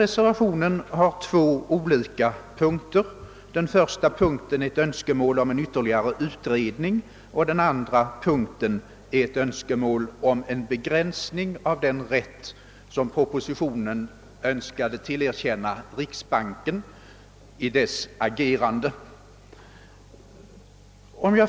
Reservationen har två olika punkter. Den första upptar ett önskemål om en ytterligare utredning och den andra är ett önskemål om en begränsning av den rätt som propositionen ville tillerkänna riksbanken i dess agerande.